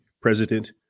president